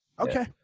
Okay